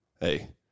hey